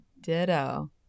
Ditto